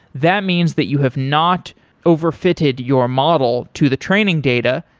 that means that you have not over fitted your model to the training data.